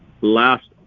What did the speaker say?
last